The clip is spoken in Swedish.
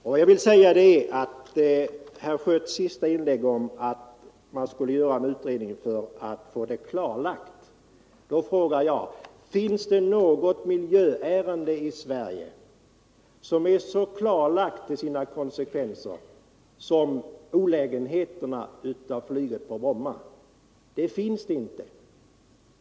Med anledning av vad herr Schött i sitt senaste inlägg sade om att man skulle göra en utredning för att få saken klarlagd frågar jag: Finns det något miljöärende i Sverige som är så klarlagt till sina konsekvenser som olägenheterna av flyget på Bromma? Det finns det inte.